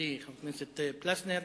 עמיתי חבר הכנסת פלסנר.